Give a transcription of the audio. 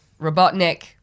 Robotnik